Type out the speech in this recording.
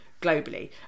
globally